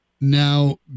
Now